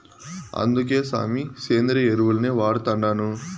అందుకే సామీ, సేంద్రియ ఎరువుల్నే వాడతండాను